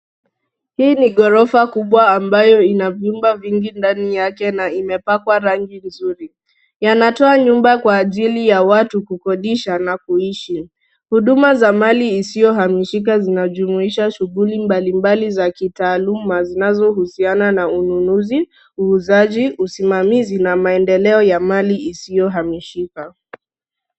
Hii ni ghorofa kubwa ambayo ina vyumba vingi ndani yake na imepakwa rangi nzuri yanatoa nyumba kwa ajili ya watu kukodisha na kuishi. Huduma za mali isiohamishika zinajumuisha shughuli mbalimbali za kitaaluma zinazo husiana na ununuzi, uuzaji, usimamizi na maendeleo ya mali isiohamishika.